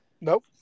Nope